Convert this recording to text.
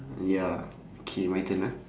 ya okay my turn ah